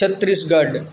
Chhattisgarh